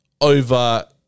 over